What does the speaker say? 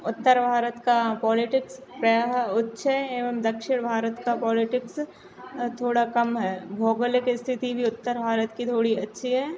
उत्तर भारत का पॉलिटिक्स प्रायः उच्च है एवं दक्षिण भारत का पॉलिटिक्स थोड़ा कम है भौगोलिक स्थिति भी उत्तर भारत की थोड़ी अच्छी है